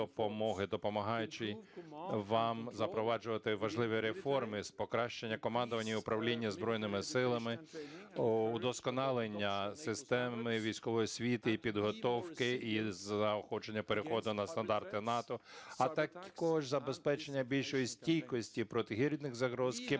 допомагаючи вам запроваджувати важливі реформи з покращення командування і управління Збройними Силами, удосконалення системи військової освіти і підготовки, і заохочення переходу на стандарти НАТО, а також забезпечення більшої стійкості проти гібридних загроз,